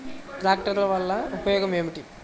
ట్రాక్టర్ల వల్ల ఉపయోగం ఏమిటీ?